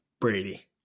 Brady